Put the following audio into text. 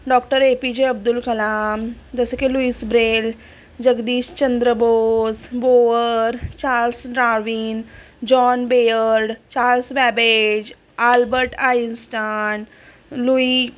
doctor A P J Abdul Kalam जसे की Louis Braille Jagdishchandra Bose Bohr Charles Darwin John Baird Charles Babbage Albert Einstein Louis